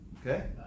okay